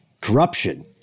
corruption